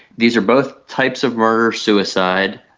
these are both types of murder-suicide.